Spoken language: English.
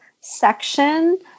section